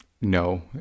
no